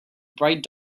bright